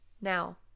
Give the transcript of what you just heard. Now